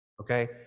okay